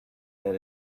that